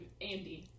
Andy